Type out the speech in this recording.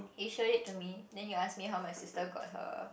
He showed it to me then you ask me how my sister got her